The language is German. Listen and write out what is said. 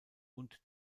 und